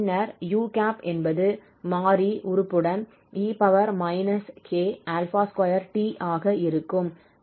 பின்னர் 𝑢̂ என்பது மாறி உறுப்புடன் e k2t ஆக இருக்கும்